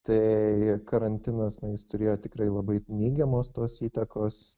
tai karantinas na jis turėjo tikrai labai neigiamos tos įtakos